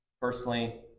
personally